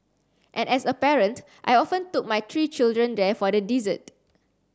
and as a parent I often took my three children there for the dessert